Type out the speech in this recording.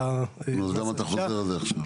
עוד נקודה אחת.